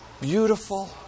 beautiful